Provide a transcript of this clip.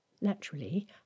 Naturally